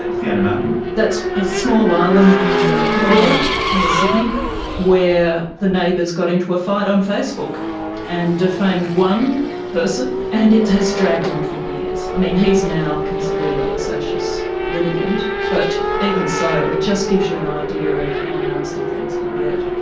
fiona martin? that's a small island in the pittwater near sydney where the neighbours got into a fight on facebook and defamed one person and it has dragged on for years. um he is now considered a vexatious litigant, but even so, it just gives you an idea of how nasty things can get.